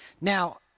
Now